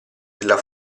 della